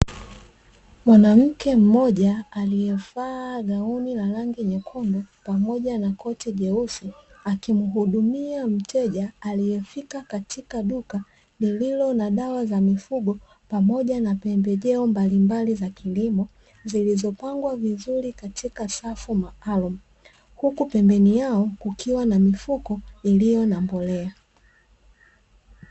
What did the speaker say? Mwanamke moja alievaa gauni la rangi nyekundu pamoja na koti jeusi akimuhudumia mteja aliefika katika duka lililona dawa za mifugo pamoja na pembejeo mbalimbali za kilimo zilizopangwa vizuri katika safu maalum huku pembeni yao kukiwa na mifuko iliyona mbolea.